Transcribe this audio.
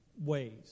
ways